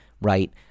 right